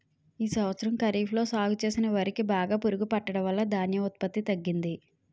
ఈ సంవత్సరం ఖరీఫ్ లో సాగు చేసిన వరి కి బాగా పురుగు పట్టడం వలన ధాన్యం ఉత్పత్తి తగ్గింది